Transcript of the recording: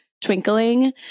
twinkling